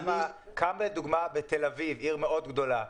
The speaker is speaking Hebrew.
כמה מכונות יהיו פזורות בתל-אביב שהיא עיר מאוד גדולה,